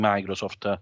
Microsoft